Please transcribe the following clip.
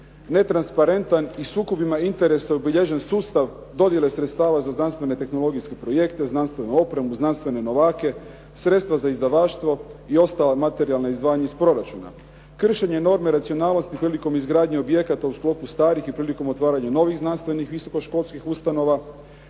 netransparentan i sukobima interesa obilježen sustav dodjele sredstava za znanstvene tehnologijske projekte, znanstvenu opremu, znanstvene novake, sredstva za izdavaštvo i ostala materijalna izdvajanja iz proračuna, kršenje norme racionalnosti velikom izgradnjom objekata u sklopu starih i prilikom otvaranja novih znanstvenih visokoškolskih ustanovama,